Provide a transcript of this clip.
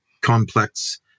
complex